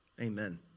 Amen